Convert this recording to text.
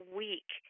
week